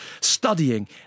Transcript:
studying